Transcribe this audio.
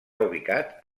ubicat